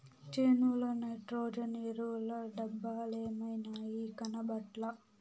చేనుల నైట్రోజన్ ఎరువుల డబ్బలేమైనాయి, కనబట్లా